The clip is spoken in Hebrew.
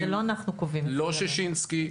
לא שישינסקי.